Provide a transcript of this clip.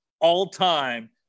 all-time